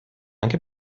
anche